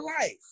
life